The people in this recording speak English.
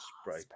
spray